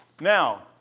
Now